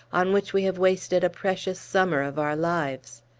on which we have wasted a precious summer of our lives.